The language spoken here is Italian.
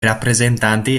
rappresentanti